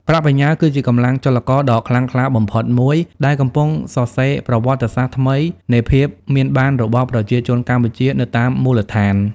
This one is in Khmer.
ប្រាក់បញ្ញើគឺជា "កម្លាំងចលករ" ដ៏ខ្លាំងក្លាបំផុតមួយ ដែលកំពុងសរសេរប្រវត្តិសាស្ត្រថ្មីនៃភាពមានបានរបស់ប្រជាជនកម្ពុជានៅតាមមូលដ្ឋាន។